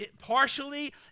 partially